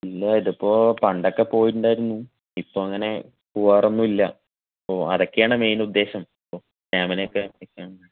ഇല്ല ഇതിപ്പോൾ പണ്ടൊക്കെ പോയിട്ടുണ്ടായിരുന്നു ഇപ്പോൾ അങ്ങനെ പോകാറൊന്നുമില്ല അപ്പോൾ അതൊക്കെയാണ് മെയിൻ ഉദ്ദേശം ഇപ്പോൾ സ്റ്റാമിന ഒക്കെ കിട്ടാൻ